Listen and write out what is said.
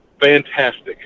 Fantastic